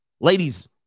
ladies